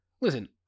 Listen